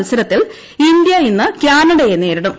മത്സരത്തിൽ ഇന്ത്യ ഇന്ന് കാനഡയെ നേരിടും